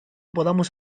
podamos